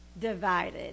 divided